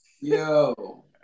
Yo